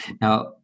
Now